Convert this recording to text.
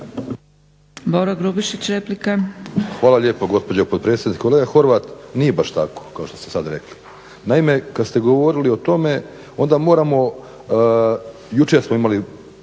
Hvala lijepo gospođo potpredsjednice. Kolega Horvat, nije baš tako kao što ste baš sada rekli. Naime, kad ste govorili o tome onda moramo jučer smo imali